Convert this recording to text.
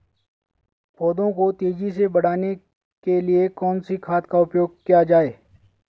पौधों को तेजी से बढ़ाने के लिए कौन से खाद का उपयोग किया जाए?